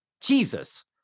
Jesus